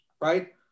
Right